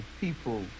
people